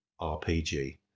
RPG